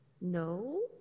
No